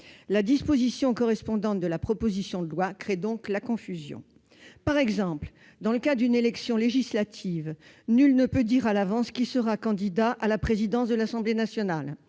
La disposition correspondante de la proposition de loi crée donc la confusion. Par exemple, dans le cas d'une élection législative, nul ne peut dire à l'avance qui sera candidat à la présidence de l'Assemblée nationale.